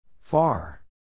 Far